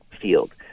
field